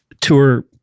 tour